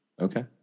Okay